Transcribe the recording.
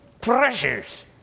pressures